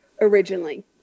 originally